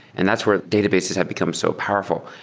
and that's where databases have become so powerful.